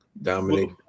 Dominic